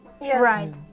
Right